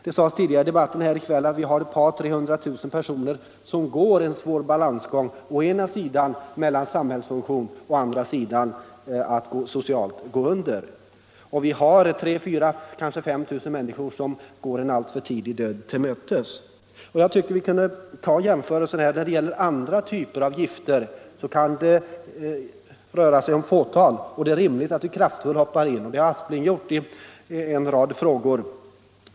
Det sades tidigare i debatten här i kväll att vi har 200 000 å 300 000 personer som går en svår balansgång mellan samhällsfunktion och social undergång. Det är 3 000, 4000 eller kanske 5 000 människor som går en alltför tidig död till mötes. Jag tycker att vi kunde göra en jämförelse. När det gäller andra typer av gifter kan det röra sig om ett fåtal människor, och det är rimligt att vi kraftfullt griper in; det har herr Aspling gjort i en rad frågor.